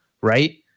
Right